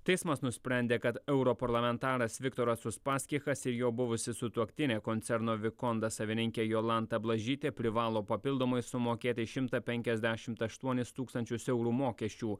teismas nusprendė kad europarlamentaras viktoras uspaskichas ir jo buvusi sutuoktinė koncerno vikonda savininkė jolanta blažytė privalo papildomai sumokėti šimtą penkiasdešimt aštuonis tūkstančius eurų mokesčių